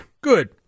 good